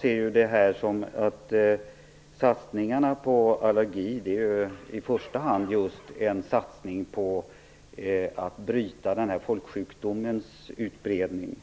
blir. Satsningen på allergisanering är i första hand en satsning på att bryta denna folksjukdoms utbredning.